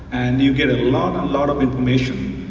and you get a lot and lot of information,